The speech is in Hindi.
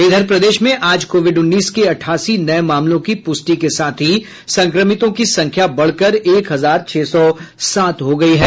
इधर प्रदेश में आज कोविड उन्नीस के अठासी नये मामलों की पुष्टि के साथ ही संक्रमितों की संख्या बढ़कर एक हजार छह सौ सात हो गयी है